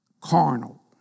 carnal